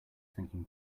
thinking